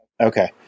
Okay